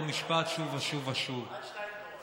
שומע את אותו משפט שוב ושוב: אנחנו,